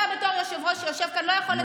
אתה בתור יושב-ראש שיושב כאן, נו?